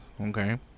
okay